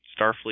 Starfleet